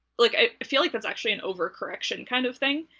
like i feel like that's actually an overcorrection kind of thing?